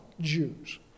jews